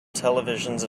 televisions